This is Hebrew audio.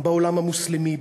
גם בעולם המוסלמי,